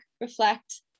reflect